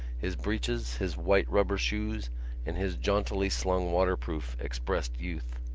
his breeches, his white rubber shoes and his jauntily slung waterproof expressed youth.